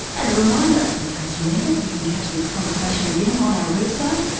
and a reminder, in case you need it you can catch this conversation again on our website.